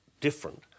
different